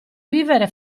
vivere